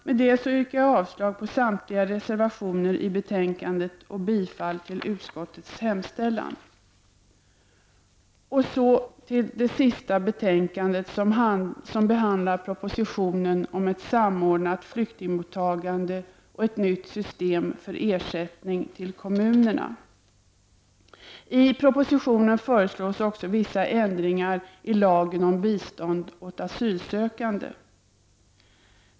Med detta yrkar jag avslag på samtliga reservationer fogade till betänkandet och bifall till utskottets hemställan. ning till kommunerna. I propositionen föreslås också vissa ändringar i lagen om bistånd åt asylsökande.